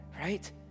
right